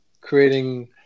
creating –